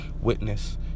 witness